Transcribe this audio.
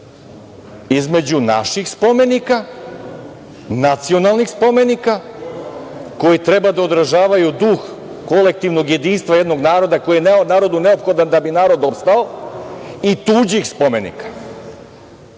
između naših spomenika, nacionalnih spomenika, koji treba da odražavaju duh kolektivnog jedinstva jednog naroda, koji je narodu neophodan da bi narod opstao i tuđih spomenika. Stari